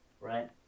right